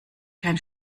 kein